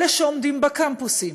אלה שעומדים בקמפוסים